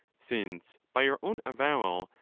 since by your own avowal,